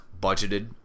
budgeted